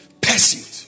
Pursuit